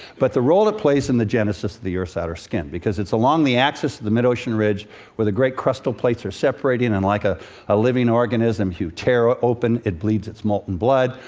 but the role it plays in the genesis of the earth's outer skin. because it's along the axis of the mid-ocean ridge where the great crustal plates are separating. and like a ah living organism, you tear it open, it bleeds its molten blood,